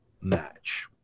match